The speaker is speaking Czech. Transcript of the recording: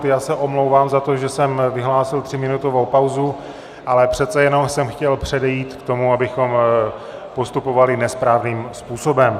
Já se omlouvám za to, že jsem vyhlásil tříminutovou pauzu, ale přece jenom jsem chtěl předejít tomu, abychom postupovali nesprávným způsobem.